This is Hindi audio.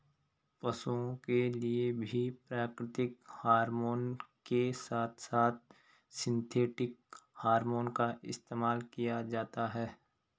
पशुओं के लिए भी प्राकृतिक हॉरमोन के साथ साथ सिंथेटिक हॉरमोन का इस्तेमाल किया जाता है